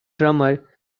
drummer